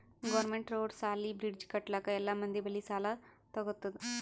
government road, ಸಾಲಿ, bridge ಕಟ್ಟಲುಕ್ ಎಲ್ಲಾ ಮಂದಿ ಬಲ್ಲಿ ಸಾಲಾ ತಗೊತ್ತುದ್